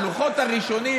הלוחות הראשונים,